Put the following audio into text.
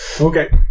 Okay